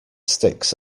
sticks